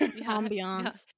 ambiance